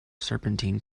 serpentine